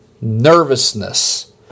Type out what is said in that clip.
nervousness